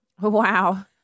wow